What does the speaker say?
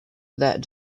that